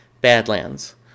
badlands